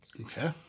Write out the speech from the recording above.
Okay